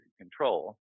control